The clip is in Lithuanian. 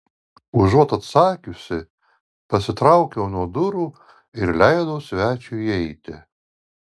užuot atsakiusi pasitraukiau nuo durų ir leidau svečiui įeiti